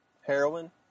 Heroin